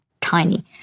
tiny